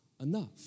enough